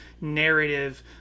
narrative